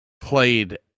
played